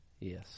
Yes